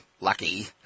lucky